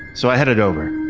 so i headed over.